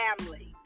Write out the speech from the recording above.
family